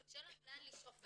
שיהיה לנו לאן לשאוף,